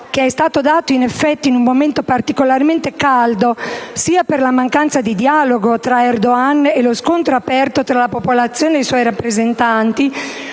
è stato dato in un momento particolarmente caldo, sia per la mancanza di dialogo tra Erdogan e lo scontro aperto tra la popolazione e i suoi rappresentanti,